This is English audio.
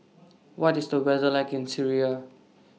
What IS The weather like in Syria